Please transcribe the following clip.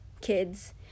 kids